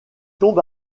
tombe